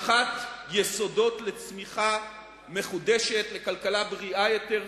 ולהנחת יסודות לצמיחה מחודשת, לכלכלה בריאה יותר,